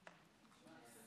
איך